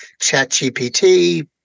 ChatGPT